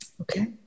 Okay